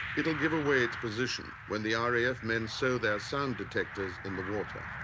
it'll give away its position when the ah raf men sow their sound detectors in the water.